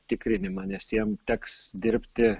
tikrinimą nes jiem teks dirbti